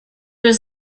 was